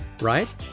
right